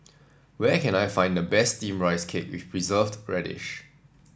where can I find the best steam Rice Cake with Preserved Radish